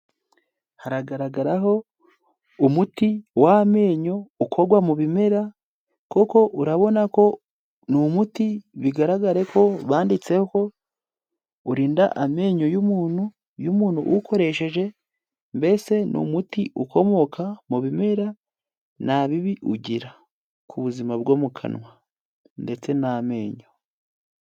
Haragaragaraho umuti w'amenyo ukorwa mu bimera koko urabona ko ni umuti bigaragare ko banditseho urinda amenyo y'umuntu, y'umuntu uwukoresheje mbese ni umuti ukomoka mu bimera, nta bibi ugira ku buzima bwo mu kanwa ndetse n'amenyo.